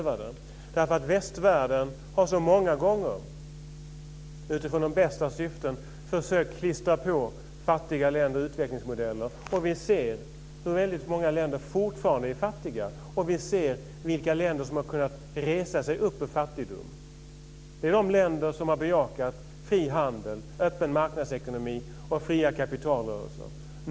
Västvärlden har så många gånger utifrån de bästa syften försökt att tvinga på fattiga länder utvecklingsmodeller. Men vi kan se att många länder fortfarande är fattiga och vi kan se vilka länder som har kunnat resa sig upp ur fattigdom. Det är de länder som har bejakat fri handel, öppen marknadsekonomi och fria kapitalrörelser.